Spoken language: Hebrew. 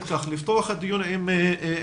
לפתוח את הדיון עם אלין,